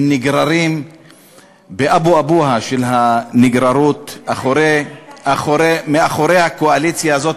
הם נגררים באבו-אבוהה של הנגררות אחרי הקואליציה הזאת.